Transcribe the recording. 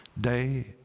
day